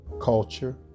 culture